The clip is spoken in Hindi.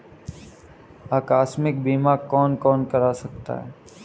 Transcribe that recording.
आकस्मिक बीमा कौन कौन करा सकता है?